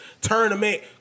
Tournament